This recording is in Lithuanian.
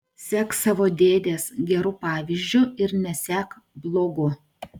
sek savo dėdės geru pavyzdžiu ir nesek blogu